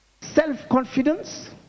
self-confidence